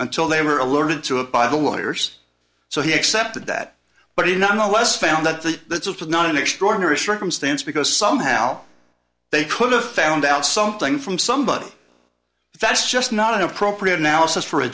until they were alerted to it by the lawyers so he accepted that but he nonetheless found that the that's it was not an extraordinary circumstance because somehow they could have found out something from somebody that's just not an appropriate analysis for a